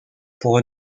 pour